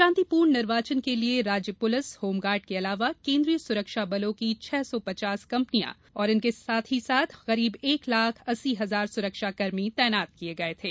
शान्तिपूर्ण निर्वाचन के लिए राज्य पूलिस होमगार्ड के अलावा केन्द्रीय सुरक्षा बलों की छह सौ पचास कंपनियों संहित करीब एक लाख अर्स्सी हजार सुरक्षाकर्मी तैनात किये गये थे